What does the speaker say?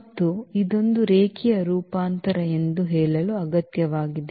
ಇದು ಇದೊಂದು ರೇಖೀಯ ರೂಪಾಂತರ ಎಂದು ಹೇಳಲು ಅಗತ್ಯವಾಗಿದೆ